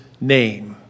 name